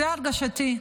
זו הרגשתי,